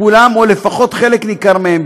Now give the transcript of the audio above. כולם או לפחות חלק ניכר מהם,